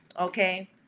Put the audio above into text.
Okay